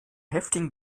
heftigen